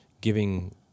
giving